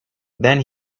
then